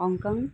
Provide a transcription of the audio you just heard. Hong Kong